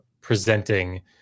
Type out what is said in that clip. presenting